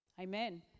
Amen